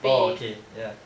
oh okay ya